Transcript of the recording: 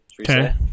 Okay